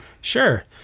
Sure